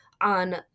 on